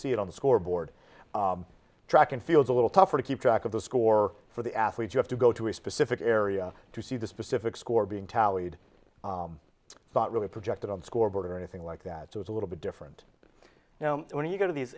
see it on the scoreboard track and field a little tougher to keep track of the score for the athlete you have to go to a specific area to see the specific score being tallied it's not really projected on the scoreboard or anything like that so it's a little bit different now when you go to these